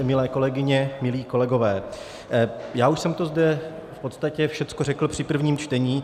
Milé kolegyně, milí kolegové, já už jsem to zde v podstatě všechno řekl při prvním čtení.